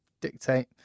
dictate